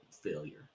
failure